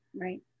right